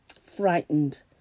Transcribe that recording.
frightened